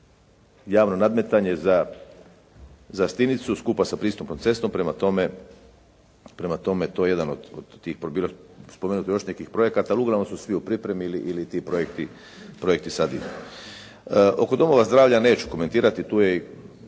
javno nadmetanje za Stinicu skupa sa pristupnom cestom. Prema tome, to je jedan od tih, bilo je spomenuto još nekih projekata, ali uglavnom su svi u pripremi ili ti projekti sad idu. Oko domova zdravlja neću komentirati. Tu je i